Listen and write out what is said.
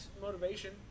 motivation